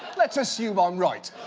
let's assume i'm right.